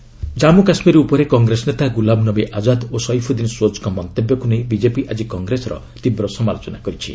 BJP Azad Jammu Kashmir ଉପରେ Congress ନେତା ଗୁଲାମନବୀ ଆଜାଦ୍ ଓ ସୈଫୁଦ୍ଦିନ୍ ସୋଜ୍ଙ୍କ ମନ୍ତବ୍ୟକୁ ନେଇ ବିଜେପି ଆଜି କଂଗ୍ରେସର ତୀବ୍ର ସମାଲୋଚନା କରିଛି